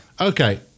Okay